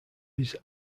his